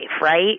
right